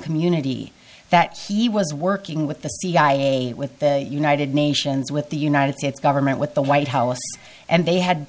community that he was working with the cia with the united nations with the united states government with the white house and they had